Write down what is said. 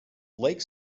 lake